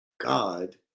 God